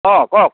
অঁ কওক